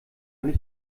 nicht